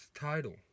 title